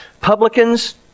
publicans